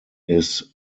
his